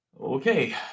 Okay